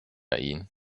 ihn